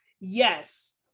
Yes